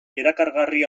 erakargarri